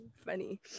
Funny